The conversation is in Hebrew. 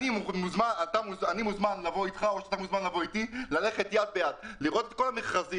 אני מזמין אותך ללכת איתי יד ביד ולראות היום את כל המכרזים